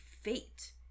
fate